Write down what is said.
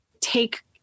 take